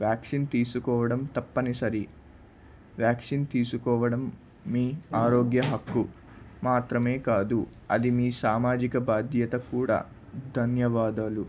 vaccine తీసుకోవడం తప్పనిసరి vaccine తీసుకోవడం మీ ఆరోగ్య హక్కు మాత్రమే కాదు అది మీ సామాజిక బాధ్యత కూడా ధన్యవాదాలు